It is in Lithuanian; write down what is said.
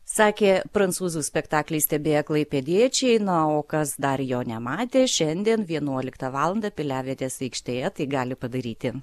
sakė prancūzų spektaklį stebėję klaipėdiečiai na o kas dar jo nematė šiandien vienuoliktą valandą piliavietės aikštėje tai gali padaryti